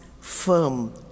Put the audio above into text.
firm